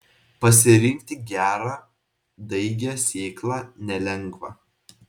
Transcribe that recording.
pasirinkti gerą daigią sėklą nelengva